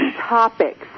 topics